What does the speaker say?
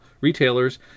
retailers